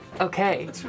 Okay